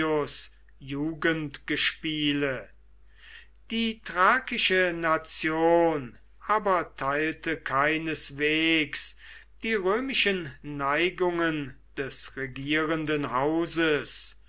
gaius jugendgespiele die thrakische nation aber teilte keineswegs die römischen neigungen des regierenden hauses